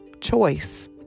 choice